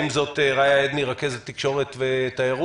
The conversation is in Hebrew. רעיה עדני, רכזת תקשורת ותיירות.